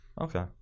Okay